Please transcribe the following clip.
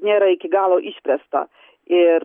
nėra iki galo išspręsta ir